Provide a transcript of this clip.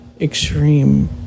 extreme